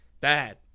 Bad